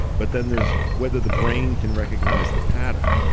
but then there's whether the brain can recognize the pattern.